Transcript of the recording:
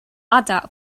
other